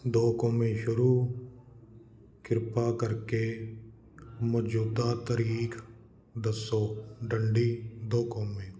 ਦੋ ਕੌਮੇ ਸ਼ੁਰੂ ਕਿਰਪਾ ਕਰਕੇ ਮੌਜੂਦਾ ਤਾਰੀਖ਼ ਦੱਸੋ ਡੰਡੀ ਦੋ ਕੌਮੇ